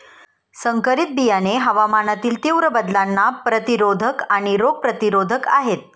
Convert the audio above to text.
संकरित बियाणे हवामानातील तीव्र बदलांना प्रतिरोधक आणि रोग प्रतिरोधक आहेत